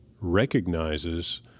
recognizes